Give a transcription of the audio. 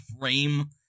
frame